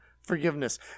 forgiveness